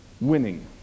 winning